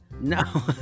No